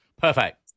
Perfect